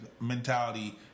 mentality